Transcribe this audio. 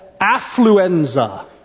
affluenza